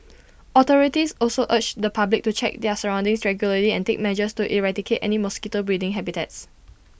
authorities also urge the public to check their surroundings regularly and take measures to eradicate any mosquito breeding habitats